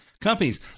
Companies